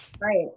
right